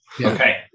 Okay